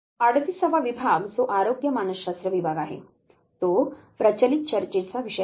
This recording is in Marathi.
38 वा विभाग जो आरोग्य मानसशास्त्र विभाग आहे तो प्रचलित चर्चेचा विषय आहे